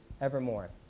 evermore